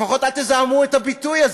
לפחות אל תזהמו את הביטוי הזה,